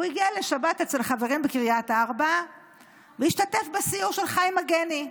הוא הגיע לשבת אצל חברים בקריית ארבע והשתתף בסיור של חיים מגני.